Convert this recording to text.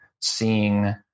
seeing